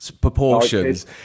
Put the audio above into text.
proportions